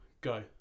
Go